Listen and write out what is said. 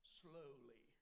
slowly